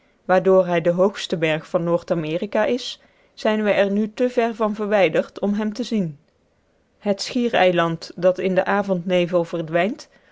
waardoor hij de hoogste berg van noord-amerika is zijn we er nu te ver van verwijderd om hem te zien het schiereiland dat in den avondnevel verdwijnt